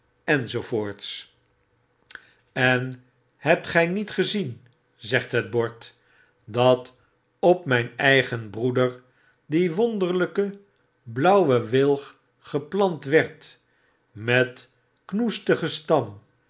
en hebt gij niet gezien zegt het bord dat op myn eigen broeder die wonderlijke blauwe wilg geplant werd met knoestien stam